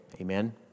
Amen